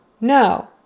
No